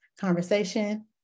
conversation